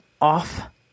off